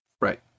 Right